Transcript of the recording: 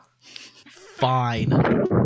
Fine